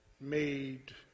made